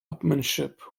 upmanship